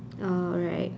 oh right